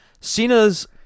Cena's